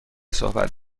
صحبت